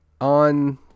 On